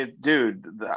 dude